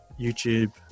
youtube